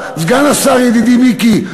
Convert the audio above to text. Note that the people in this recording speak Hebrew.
ידידי מיקי,